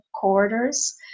corridors